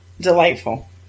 delightful